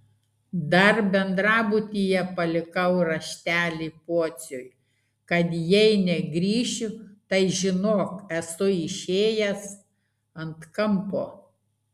dar bendrabutyje palikau raštelį pociui kad jei negrįšiu tai žinok esu išėjęs ant kampo